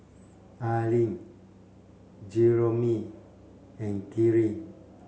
Aline Jeromy and Kyree